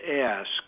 ask